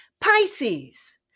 Pisces